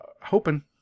Hoping